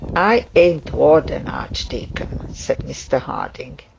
i an't warden, archdeacon said mr harding.